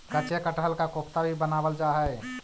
कच्चे कटहल का कोफ्ता भी बनावाल जा हई